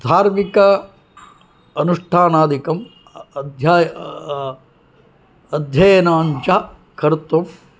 धार्मिक अनुष्ठानादिकं अध्ययनञ्च कर्तुम्